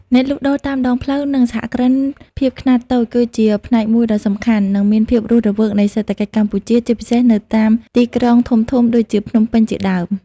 អ្នកលក់ដូរតាមដងផ្លូវ និងសហគ្រិនភាពខ្នាតតូច គឺជាផ្នែកមួយដ៏សំខាន់ និងមានភាពរស់រវើកនៃសេដ្ឋកិច្ចកម្ពុជា ជាពិសេសនៅតាមទីក្រុងធំៗដូចជាភ្នំពេញជាដើម ។